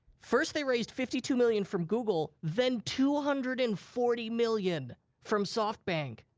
first they raised fifty two million from google, then two hundred and forty million from softbank.